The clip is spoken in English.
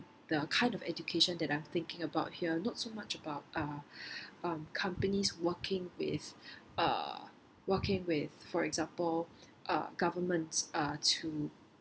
the kind of education that I'm thinking about here not so much about uh um companies working with uh working with for example uh governments uh to